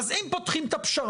אז אם פותחים את הפשרה,